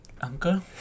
Uncle